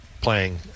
playing